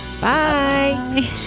Bye